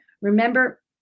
remember